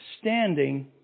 standing